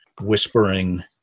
whispering